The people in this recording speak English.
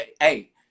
hey